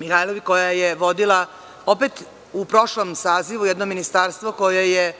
Mihajlović, koja je vodila opet u prošlom sazivu jedno ministarstvo koje je